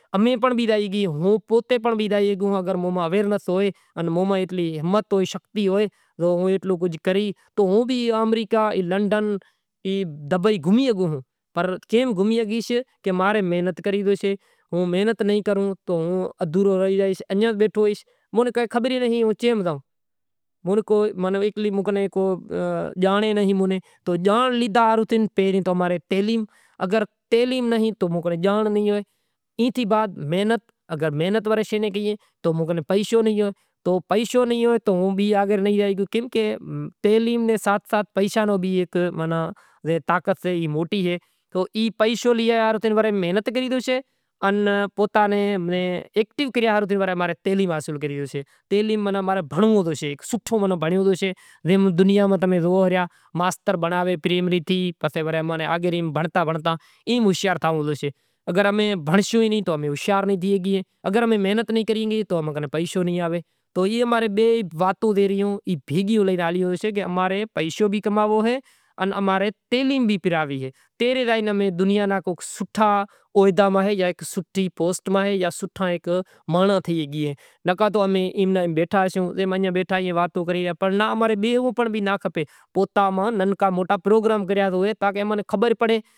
تو بھی اماں نیں بھی ہیک وڈی خوشی تھے کہ ہوئے امیں بھی انسان ایں پر ای امیں کائیں نائیں ہمزتا امیں بس زندگی ڈنی اے بھگوان اماں نے بس کھانوڑو اے پینوڑو اے مری زانڑو اے۔ پٹاٹا منگاشاں وڑی ایئاں نے دھوئاں وڑی شیلی واڈھاں وری دھوئاں وری ڈونگری مانگاواں وری واڈھاں دیگڑی بیگڑی دھوئی پانڑی بھری تیل ریڑہاں تیل ریڑہی وری تیک پکو کری ڈونگری راکھاں پسے وڑی پٹاٹا راکھاں وری پٹاٹا راکھے وڑی تھوڑو پانڑی ریڑہاں وری ڈھاکی راکھاں وری سڑے بئے ترن چکر پانڑی ریڑہاں وڑی چماٹاں پھولاں وری واڈھاں دھوئی وڑی چماٹا راکھاں مٹر ہوئے تو مٹر ناں پھولے راکھاں وری مرساں راکھاں ادرک ہوئے تو ادرک واڈھاں میتھی ہوئے تو تھوڑی میتھی راکھاں مشالاں نی راکھے پسے شاگ ٹھی زاشے وری کو بریانی لاوے تو او کراں تڑکے ماں راکھاں وڑی مرساں راکھاں وری شیکی راکھاں